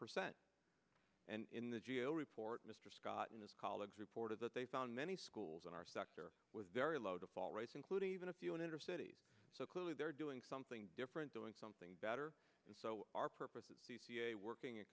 percent and in the g a o report mr scott and his colleagues reported that they found many schools in our sector with very low to fall rights including even a few in inner cities so clearly they're doing something different doing something better and so our purpose is working in